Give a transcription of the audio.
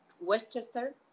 Westchester